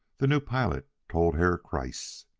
the new pilot told herr kreiss.